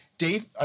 Dave